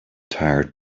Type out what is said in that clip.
tired